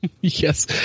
Yes